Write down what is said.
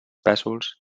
pèsols